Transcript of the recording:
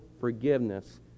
forgiveness